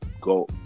Go